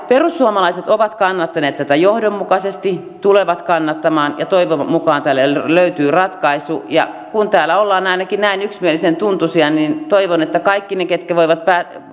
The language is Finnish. perussuomalaiset ovat kannattaneet tätä johdonmukaisesti tulevat kannattamaan ja toivon mukaan tälle löytyy ratkaisu kun täällä ollaan ainakin näin yksimielisen tuntuisia niin toivon että kaikki ne jotka voivat